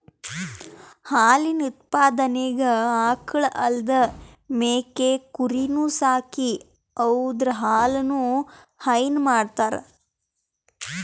ಹಾಲಿನ್ ಉತ್ಪಾದನೆಗ್ ಆಕಳ್ ಅಲ್ದೇ ಮೇಕೆ ಕುರಿನೂ ಸಾಕಿ ಅವುದ್ರ್ ಹಾಲನು ಹೈನಾ ಮಾಡ್ತರ್